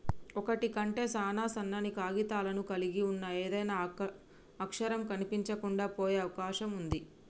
ఒకటి కంటే సాన సన్నని కాగితాలను కలిగి ఉన్న ఏదైనా అక్షరం కనిపించకుండా పోయే అవకాశం ఉంది